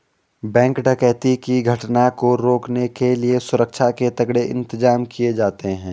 bank डकैती की घटना को रोकने के लिए सुरक्षा के तगड़े इंतजाम किए जाते हैं